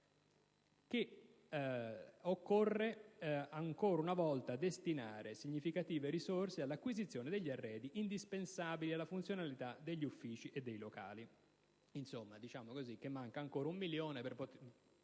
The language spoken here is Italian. occorre ancora una volta destinare significative risorse finanziarie all'acquisizione degli arredi, indispensabili alla funzionalità degli uffici e dei locali. Insomma, a spanne, manca ancora un milione per poter